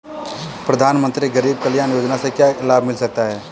प्रधानमंत्री गरीब कल्याण योजना से क्या लाभ मिल सकता है?